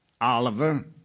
Oliver